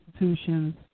institutions